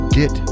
get